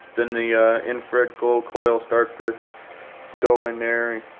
then the infrared glow coil starts to go in there.